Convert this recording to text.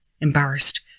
Embarrassed